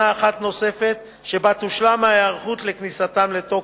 אחת נוספת שבה תושלם ההיערכות לכניסתן לתוקף.